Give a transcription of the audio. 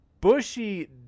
Bushy